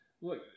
look